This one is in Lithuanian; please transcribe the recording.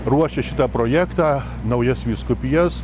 ruošė šitą projektą naujas vyskupijas